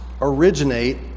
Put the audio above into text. originate